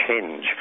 change